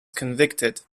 convicted